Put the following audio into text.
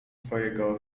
twojego